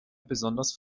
besonders